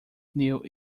knew